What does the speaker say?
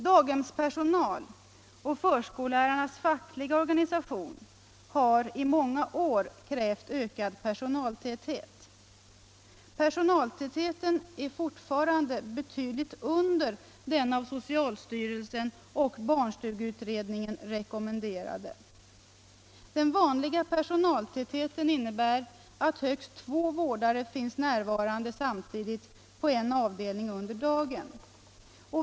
Daghemspersonal och förskollärarnas fackliga organisation har i många år krävt ökad personaltäthet. Fortfarande är personaltätheten betydligt mindre än den av socialstyrelsen och barnstugeutredningen rekommenderade. Den vanliga personaltätheten innebär att högst två vårdare finns närvarande samtidigt på en avdelning under dagen.